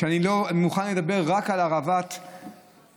אני מוכן לדבר רק על הרעבת תינוקים,